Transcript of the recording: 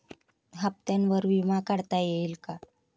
हप्त्यांवर विमा काढता येईल का?